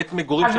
בית מגורים.